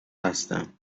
هستم